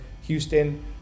Houston